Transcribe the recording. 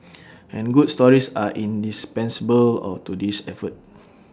and good stories are indispensable all to this effort